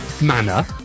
manner